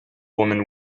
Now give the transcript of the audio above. women